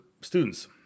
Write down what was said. students